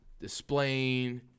displaying